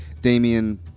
damian